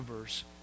verse